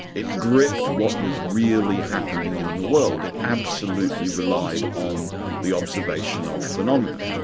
it gripped what was really happening in the world, it absolutely relied on the observation of phenomena.